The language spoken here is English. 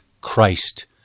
Christ